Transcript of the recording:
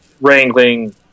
wrangling